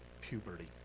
puberty